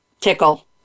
tickle